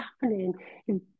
happening